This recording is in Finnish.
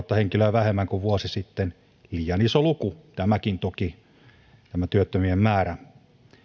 vähemmän kuin vuosi sitten liian iso luku tämäkin toki tämä työttömien määrä